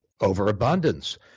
overabundance